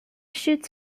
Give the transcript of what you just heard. shoots